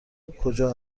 کجا